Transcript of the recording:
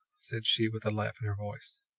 said she, with a laugh in her voice,